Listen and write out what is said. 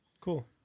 Cool